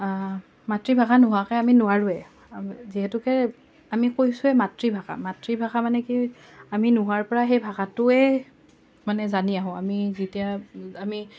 মাতৃভাষা নোহোৱাকৈ আমি নোৱাৰোঁৱে যিহেতুকে আমি কৈছোঁৱে মাতৃভাষা মাতৃভাষা মানে কি আমি নোহোৱাৰ পৰা সেই ভাষাটোৱে মানে জানি আহোঁ আমি যেতিয়া আমি